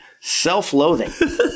Self-loathing